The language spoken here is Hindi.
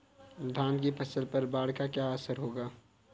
धान की फसल पर बाढ़ का क्या असर होगा?